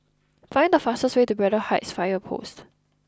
find the fastest way to Braddell Heights Fire Post